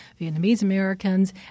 Vietnamese-Americans